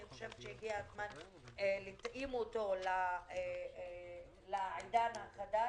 אני חושבת שהגיע הזמן להתאים אותו לעידן החדש,